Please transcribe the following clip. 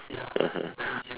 (uh huh)